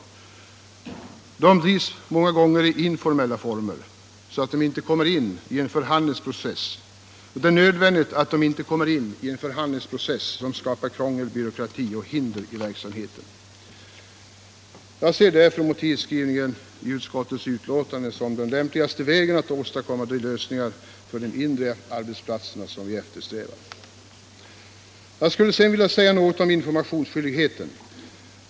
Dessa drivs många gånger i informella former, och det är nödvändigt att de inte kommer in i en förhandlingsprocess som skapar krångel, byråkrati och hinder i verksamheten. Jag ser därför motivskrivningen i utskottets betänkande som den lämpligaste vägen att åstadkomma de lösningar för de mindre arbetsplatserna som vi eftersträvar. Jag skulle sedan vilja säga något om informationsskyldigheten.